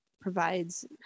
provides